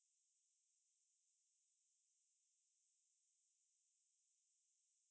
actually இந்த மாதிரி ஆள் எல்லாம்:intha maathiri aal ellaam like damn hard to work with them you know you know ah I went to